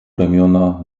ramiona